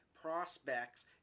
prospects